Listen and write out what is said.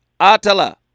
Atala